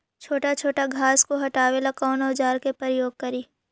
छोटा छोटा घास को हटाबे ला कौन औजार के प्रयोग करि?